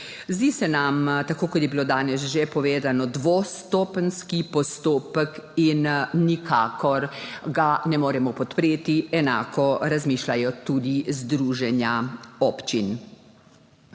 Zdi se nam, tako kot je bilo danes že povedano, dvostopenjski postopek in ga nikakor ne moremo podpreti. Enako razmišljajo tudi združenja občin.